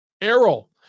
Errol